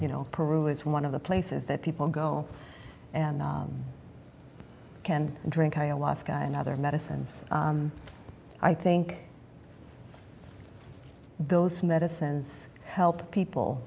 you know peru is one of the places that people go and can drink i os guy and other medicines i think those medicines help people